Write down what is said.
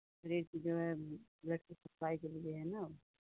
जो है ब्लड की सफाई के लिये भी है ना